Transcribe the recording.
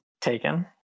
Taken